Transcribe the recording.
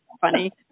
funny